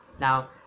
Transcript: Now